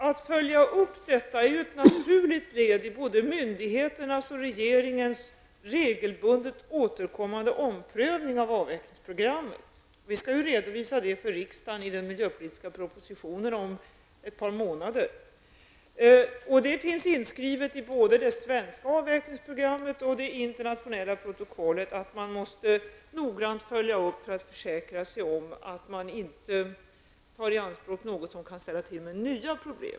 Herr talman! Att följa upp är ett naturligt led i både myndigheters och regeringens regelbundet återkommande prövning av avvecklingsprogrammet. Vi skall redovisa det för riksdagen i den miljöpolitiska propositionen om ett par månader. Det finns inskrivet i både det svenska avvecklingsprogrammet och det internationella protokollet att man noggrant måste följa upp för att försäkra sig om att vi inte tar i anspråk något som kan ställa till med nya problem.